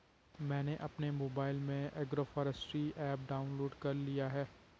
मैंने अपने मोबाइल में एग्रोफॉसट्री ऐप डाउनलोड कर लिया है